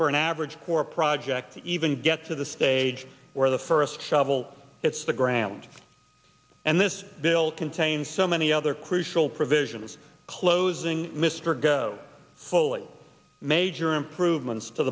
for an average corps project to even get to the stage where the first shovel hits the ground and this bill contains so many other crucial provisions closing mr go fully major improvements to